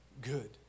good